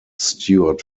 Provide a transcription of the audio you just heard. stuart